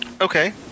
Okay